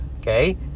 Okay